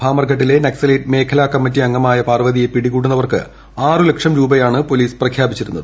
ഭാമർഘട്ടിലെ naxalite മേഖല കമ്മിറ്റി അംഗമായ പാർവതിയെ പിടികൂടുന്നവർക്ക് ആറു ലക്ഷം രൂപയാണ് പോലീസ് പ്രഖ്യാപിച്ചിരുന്നത്